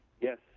Yes